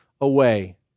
away